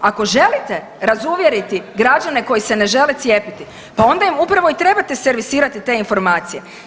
Ako želite razuvjeriti građane koji se ne žele cijepiti, pa onda im upravo i trebate servisirati te informacije.